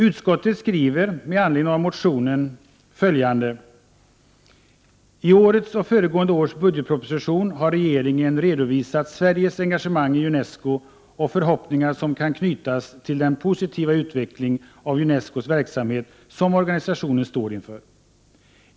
Utskottet skriver med anledning av motionen följande: ”TI årets och föregående års budgetproposition har regeringen redovisat Sveriges engagemang i Unesco och de förhoppningar som kan knytas till den positiva utveckling av Unescos verksamhet som organisationen står inför.